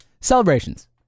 Celebrations